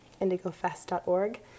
IndigoFest.org